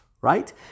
right